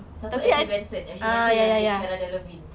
satu actually very innocent eh she yang date kara loving